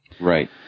Right